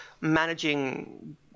managing